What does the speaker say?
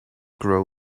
grow